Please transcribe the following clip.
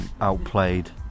outplayed